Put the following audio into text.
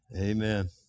Amen